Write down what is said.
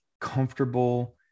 comfortable